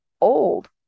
old